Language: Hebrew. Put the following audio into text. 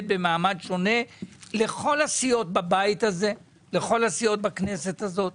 במעמד שונה מבחינת כל הסיעות בבית הזה ובכנסת הזה.